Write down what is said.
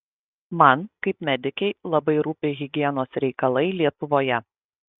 man kaip medikei labai rūpi higienos reikalai lietuvoje